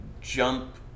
jump